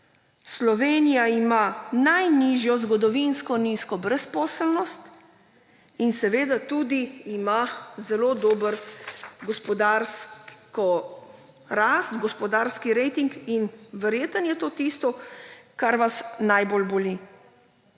Slovenija ima najnižjo, zgodovinsko nizko brezposelnost in seveda tudi ima zelo dobro gospodarsko rast, gospodarski rating, in verjetno je to tisto, kar vas najbolj boli.